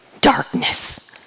darkness